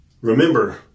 Remember